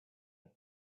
had